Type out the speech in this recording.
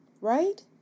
Right